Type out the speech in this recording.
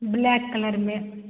black colour में